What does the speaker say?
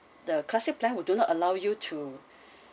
the classic plan would do not allow you to